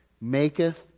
maketh